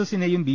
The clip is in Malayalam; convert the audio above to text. എസിനെയും ബി